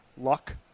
luck